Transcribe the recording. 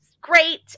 great